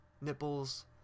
nipples